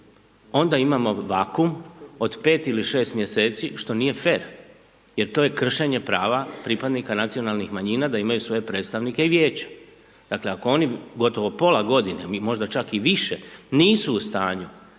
onda imamo vakum od 5 ili 6 mjeseci, što nije fer, jer to je kršenje prava pripadnika nacionalnih manjina da imaju svoje predstavnike i vijeća. Dakle, ako oni, gotovo pola godine, mi možda čak i više, nisu u stanju